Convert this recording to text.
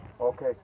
Okay